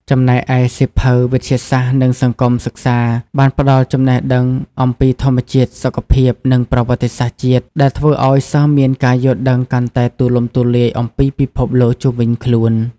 ចំណែកឯសៀវភៅ វិទ្យាសាស្ត្រ និង សង្គមសិក្សា បានផ្ដល់ចំណេះដឹងអំពីធម្មជាតិ សុខភាព និងប្រវត្តិសាស្ត្រជាតិ ដែលធ្វើឱ្យសិស្សមានការយល់ដឹងកាន់តែទូលំទូលាយអំពីពិភពលោកជុំវិញខ្លួន។